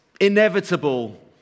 inevitable